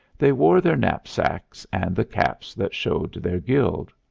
they wore their knapsacks and the caps that showed their guild.